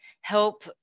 help